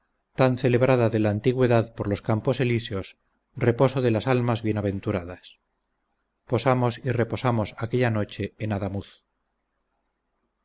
tan celebrada de la antigüedad por los campos elíseos reposo de las almas bienaventuradas posamos y reposamos aquella noche en adamuz